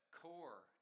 core